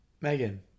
megan